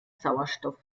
sauerstoff